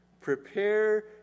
prepare